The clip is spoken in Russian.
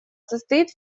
состоит